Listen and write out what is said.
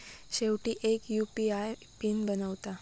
शेवटी एक UPI PIN बनवा